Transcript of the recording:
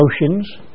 emotions